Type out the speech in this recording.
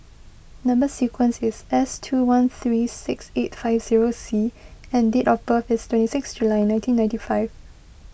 Number Sequence is S two one three six eight five zero C and date of birth is twenty six July nineteen ninety five